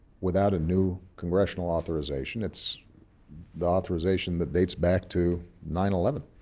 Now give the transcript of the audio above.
without a new congressional authorization. it's the authorization that dates back to nine eleven.